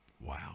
Wow